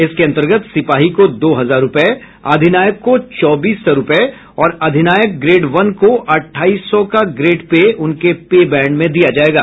इसके अंतर्गत सिपाही को दो हजार रूपये अधिनायक को चौबीस सौ और अधिनायक ग्रेड वन को अठाईस सौ का ग्रेड पे उनके पे बैंड में दिया जायेगा